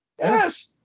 Yes